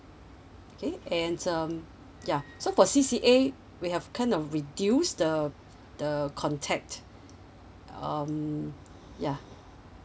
okay and um ya so for C_C_A we have kind of reduce the the contact um ya